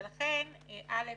ולכן א',